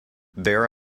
there